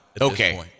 okay